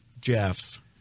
Jeff